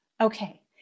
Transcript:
Okay